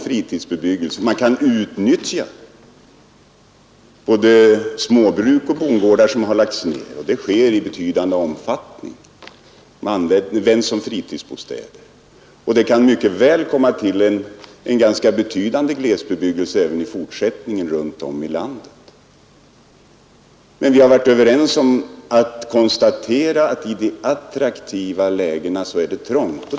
Man kan också utnyttja både småbruk och bondgårdar som lagts ned och det sker i betydande omfattning att man använder dem som fritidsbostäder. Det kan även i fortsättningen komma till en ganska betydande glesbebyggelse runt om i landet. Men vi har varit överens om att konstatera att det i de attraktiva lägena är trångt.